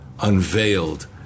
unveiled